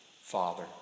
Father